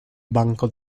banco